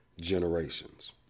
generations